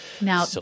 Now